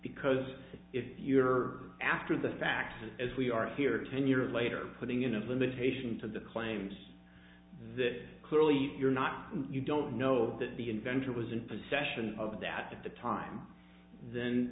because if you were after the fact as we are here ten years later putting in a limitation to the claims as it clearly you're not you don't know that the inventor was in possession of that at the time then